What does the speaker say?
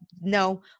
no